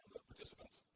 participants,